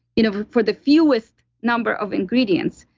you know for the fewest number of ingredients,